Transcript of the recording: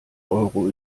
euro